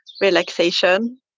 relaxation